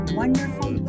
wonderful